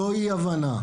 לא אי הבנה.